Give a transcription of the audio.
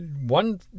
one